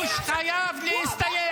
להרוס את כל בתי הספר.